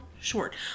short